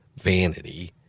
vanity